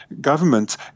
government